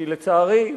כי לצערי,